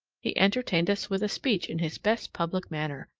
he entertained us with a speech in his best public manner,